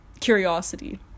curiosity